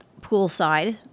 poolside